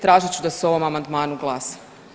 Tražit ću da se o ovom amandmanu glasa.